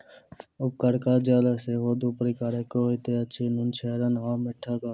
उपरका जल सेहो दू प्रकारक होइत अछि, नुनछड़ैन आ मीठगर